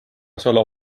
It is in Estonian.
salo